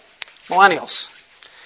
millennials